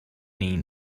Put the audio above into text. این